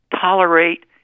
tolerate